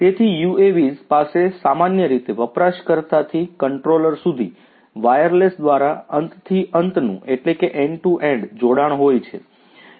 તેથી UAVs પાસે સામાન્ય રીતે વપરાશકર્તાથી કન્ટ્રોલર સુધી વાયરલેસ દ્વારા અંત થી અંતનું જોડાણ હોય છે